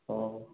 ହଉ